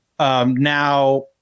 Now